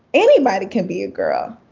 anybody can be a girl.